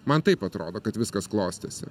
man taip atrodo kad viskas klostėsi